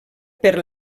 per